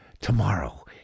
tomorrow